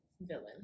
villain